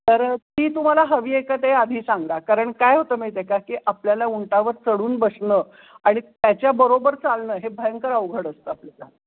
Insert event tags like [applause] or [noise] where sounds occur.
तर ती तुम्हाला हवी आहे का ते आधी सांगा कारण काय होतं माहीत आहे का की आपल्याला उंटावर चढून बसणं आणि त्याच्याबरोबर चालणं हे भयंकर अवघड असतं [unintelligible]